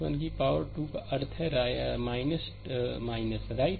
तो 1 की पावर 2 का अर्थ है राइट